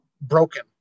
broken